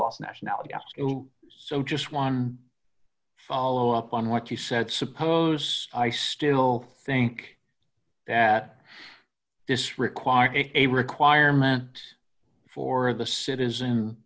last nationality so just one follow up on what you said suppose i still think that this requires a requirement for the